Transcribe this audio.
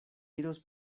iros